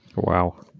wow.